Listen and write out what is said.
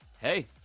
Hey